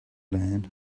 land